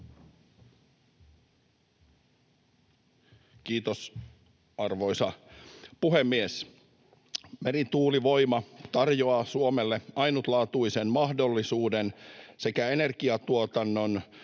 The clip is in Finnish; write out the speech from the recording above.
Kiitos, arvoisa puhemies! Merituulivoima tarjoaa Suomelle ainutlaatuisen mahdollisuuden sekä energiatuotannon